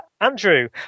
andrew